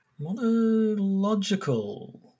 Monological